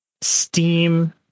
Steam